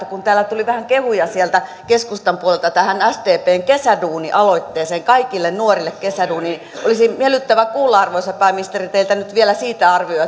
kun täällä tuli vähän kehuja sieltä keskustan puolelta tähän sdpn kesäduuni aloitteeseen kaikille nuorille kesäduuni niin olisi miellyttävä kuulla arvoisa pääministeri teiltä nyt vielä siitä arvio